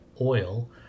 oil